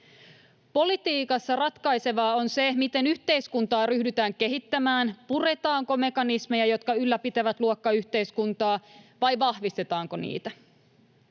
Politiikassa ratkaisevaa on se, miten yhteiskuntaa ryhdytään kehittämään: puretaanko mekanismeja, jotka ylläpitävät luokkayhteiskuntaa, vai vahvistetaanko niitä.